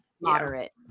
moderate